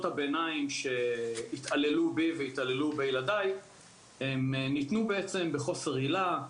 הביניים שהתעללו בי ובילדיי ניתנו בחוסר עילה,